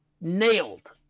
nailed